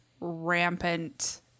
rampant